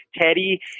Teddy